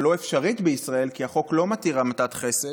שלא אפשרית בישראל כי החוק לא מתיר המתת חסד,